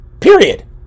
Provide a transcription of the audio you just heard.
period